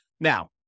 Now